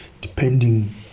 depending